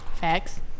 Facts